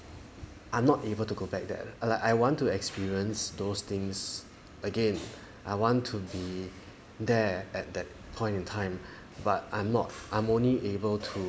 I'm not able to go back there I I want to experience those things again I want to be there at that point in time but I'm not I'm only able to